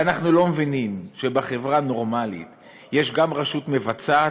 ואנחנו לא מבינים שבחברה נורמלית יש גם רשות מבצעת